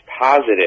positive